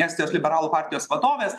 estijos liberalų partijos vadovės